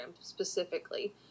specifically